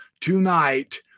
tonight